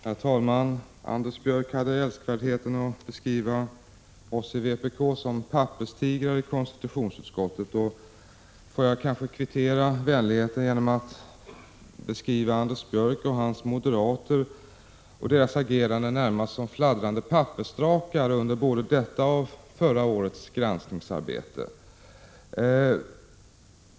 Herr talman! Anders Björck hade älskvärdheten att beskriva oss i vpk som papperstigrar i konstitutionsutskottet. Jag får kanske kvittera vänligheten med att beskriva Anders Björck och hans moderater, som de har agerat, närmast som fladdrande pappersdrakar över både det här årets och förra årets granskningsarbete.